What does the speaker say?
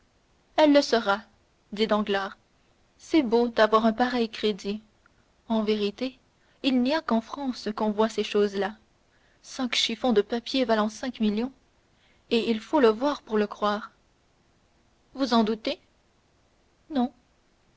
elle le sera dit danglars c'est beau d'avoir un pareil crédit en vérité il n'y a qu'en france qu'on voie ces choses-là cinq chiffons de papier valant cinq millions et il faut le voir pour le croire vous en doutez non